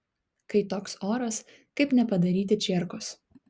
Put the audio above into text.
kai toks oras kaip nepadaryti čierkos